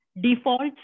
defaults